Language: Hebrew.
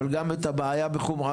אבל גם את הבעיה בחומרתה.